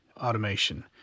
automation